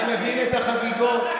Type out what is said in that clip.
אני מבין את החגיגות,